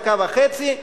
דקה וחצי,